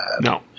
no